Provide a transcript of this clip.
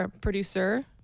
producer